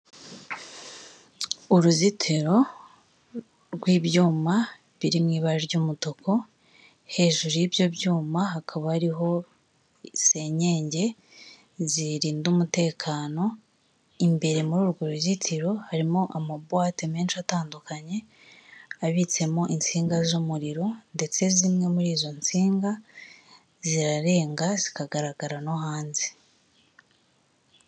Uruzitiro rw'ibyuma biri mu ibara ry'umutuku, hejuru y'ibyo byuma hakaba ariho senyenge zirinda umutekano, imbere muri urwo ruzitiro harimo amabuwate menshi atandukanye, abitsemo insinga z'umuriro ndetse zimwe muri izo nsinga zirarenga zikagaragara no hanze.